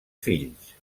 fills